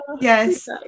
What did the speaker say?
Yes